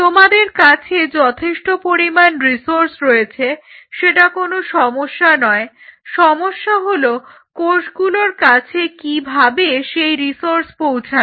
তোমাদের কাছে যথেষ্ট পরিমাণ রিসোর্স রয়েছে সেটা কোনো সমস্যা নয় সমস্যা হলো কোষগুলোর কাছে কিভাবে সেই রিসোর্স পৌঁছাবে